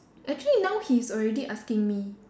actually now he's already asking me